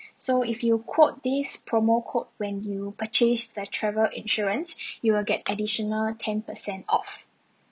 so if you quote this promo code when you purchase the travel insurance you will get additional ten percent off